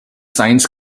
signs